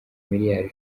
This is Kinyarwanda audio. miliyari